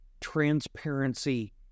transparency